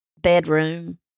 bedroom